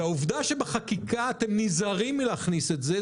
העובדה שבחקיקה אתם נזהרים מלהכניס את זה,